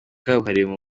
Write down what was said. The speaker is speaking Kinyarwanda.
kabuhariwe